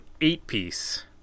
eight-piece